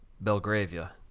Belgravia